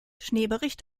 schneebericht